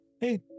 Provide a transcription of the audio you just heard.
hey